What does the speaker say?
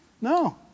No